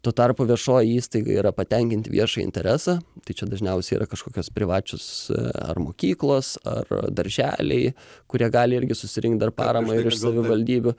tuo tarpu viešoji įstaiga yra patenkinti viešąjį interesą tai čia dažniausiai yra kažkokios privačios ar mokyklos ar darželiai kurie gali irgi susirinkt dar paramą ir iš savivaldybių